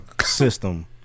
system